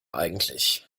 eigentlich